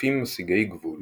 התוקפים מסיגי גבול